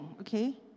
okay